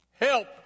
help